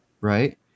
right